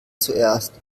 zuerst